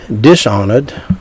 dishonored